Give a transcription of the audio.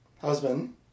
husband